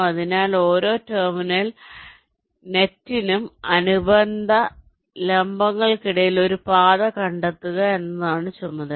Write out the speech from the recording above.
അതിനാൽ ഓരോ 2 ടെർമിനൽ നെറ്റിനും അനുബന്ധ ലംബങ്ങൾക്കിടയിൽ ഒരു പാത കണ്ടെത്തുക എന്നതാണ് ചുമതല